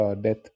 death